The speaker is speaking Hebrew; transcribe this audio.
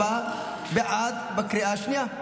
הצבעה בעד בקריאה השנייה.